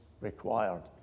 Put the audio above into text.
Required